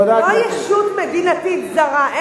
חבר הכנסת איתן, אל, לא ישות מדינתית זרה.